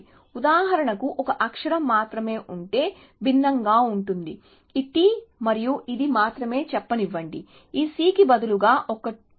కాబట్టి ఉదాహరణకు ఒక అక్షరం మాత్రమే ఉంటే భిన్నంగా ఉంటుంది ఈ T మరియు ఇది మాత్రమే చెప్పనివ్వండి ఈ C కి బదులుగా ఒక ఉంది